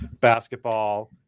basketball